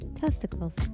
testicles